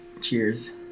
Cheers